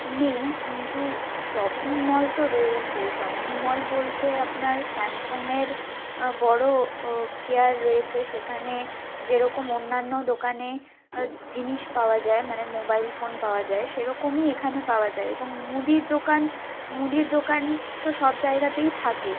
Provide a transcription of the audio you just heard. নেই কিন্তু shopping mall তো রয়েইছে শপিং মল বলতে আপনার স্যামসংয়ের বড় কেয়ার রয়েছে সেখানে যেরকম অন্যান্য দোকানে জিনিস পাওয়া যায় মানে মোবাইল ফোন পাওয়া যায় সেরকমই এখানে পাওয়া যায় এবং মুদির দোকান মুদির দোকান তো সব জায়গাতেই থাকে